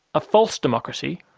a false democracy,